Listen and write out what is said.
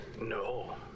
No